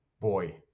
boy